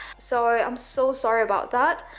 so i'm so sorry about that,